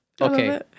Okay